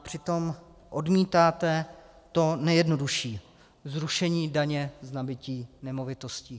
Přitom odmítáte to nejjednodušší zrušení daně z nabytí nemovitostí.